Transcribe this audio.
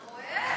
אתה רואה.